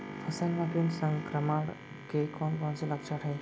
फसल म किट संक्रमण के कोन कोन से लक्षण हे?